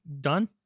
done